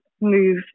move